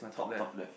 top top left